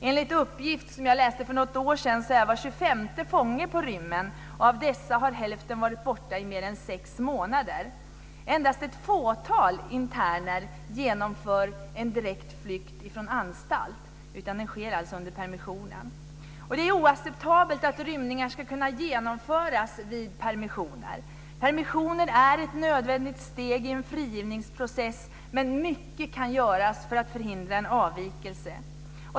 Enligt en uppgift som jag läste för något år sedan är var tjugofemte fånge på rymmen, och av dessa har hälften varit borta i mer än sex månader. Endast ett fåtal interner genomför en direkt flykt från anstalt. Det sker alltså under permissionen. Det är oacceptabelt att rymningar ska kunna genomföras vid permissioner. Permissioner är ett nödvändigt steg i en frigivningsprocess, men mycket kan göras för att förhindra en avvikelse.